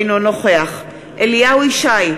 אינו נוכח אליהו ישי,